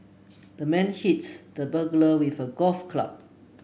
the man hit the burglar with a golf club